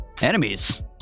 enemies